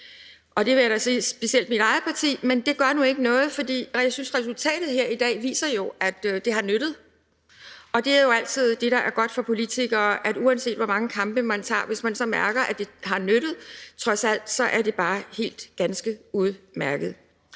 har det været specielt for mit eget parti. Men det gør nu ikke noget, for jeg synes, at resultatet her i dag viser, at det har nyttet, og det, der jo altid er godt for politikere, er, når man, uanset hvor mange kampe man tager, så mærker, at det trods alt har nyttet noget, og det er bare helt ganske udmærket.